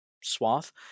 swath